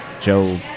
Joe